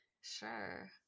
Sure